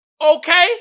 Okay